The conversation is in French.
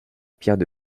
pierres